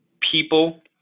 people